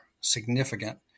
significant